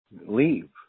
leave